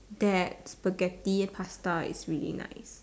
that Spaghetti pasta is really nice